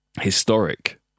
historic